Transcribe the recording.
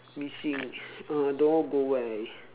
missing uh don't know go where already